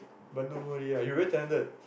but no worry lah you very talented